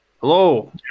Hello